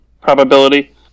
probability